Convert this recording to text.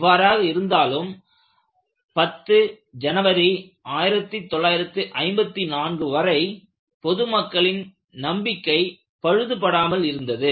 இவ்வாறாக இருந்தாலும் 10th ஜனவரி 1954 வரை பொது மக்களின் நம்பிக்கை பழுது படாமல் இருந்தது